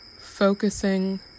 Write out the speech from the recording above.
focusing